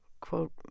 Quote